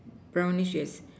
brownish yes